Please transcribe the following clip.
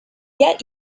yet